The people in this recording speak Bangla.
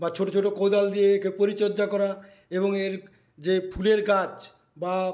বা ছোটো ছোটো কোদাল দিয়ে পরিচর্যা করা এবং এর যে ফুলের গাছ বা